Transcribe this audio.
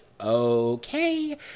okay